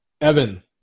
Evan